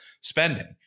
spending